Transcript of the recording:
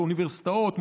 אוניברסיטאות,